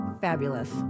fabulous